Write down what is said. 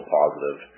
positive